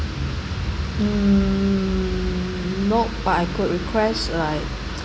mm nope but I got request like